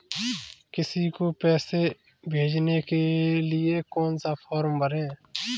किसी को पैसे भेजने के लिए कौन सा फॉर्म भरें?